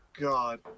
god